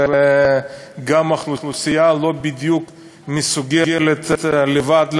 וגם האוכלוסייה לא בדיוק מסוגלת לבד להרים,